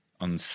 on